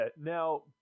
now